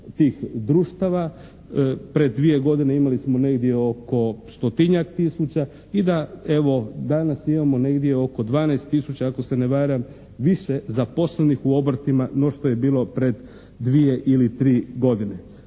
tih društava. Pred dvije godine imali smo negdje oko stotinjak tisuća i da evo danas imamo negdje oko 12000 ako se ne varam više zaposlenih u obrtima no što je bilo pred dvije ili tri godine.